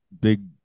big